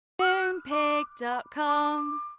Moonpig.com